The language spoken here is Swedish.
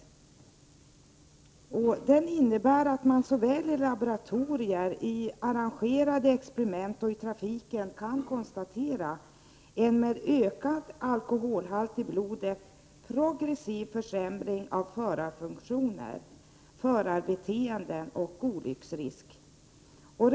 Såväl vid arrangerade experiment i laboratorier som i trafiken kan man konstatera att det med en ökad alkoholhalt i blodet blir en progressiv försämring beträffande förarfunktioner, förarbeteende och olycksrisker.